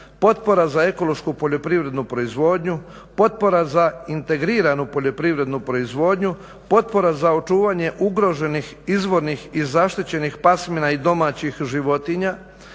potpora za ekološku poljoprivrednu proizvodnju, potpora za integriranu poljoprivrednu proizvodnju, potpora za očuvanje ugroženih izvornih i zaštićenih pasmina i domaćih životinja,